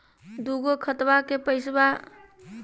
दू गो खतवा के पैसवा ए गो मे करे चाही हय तो कि करे परते?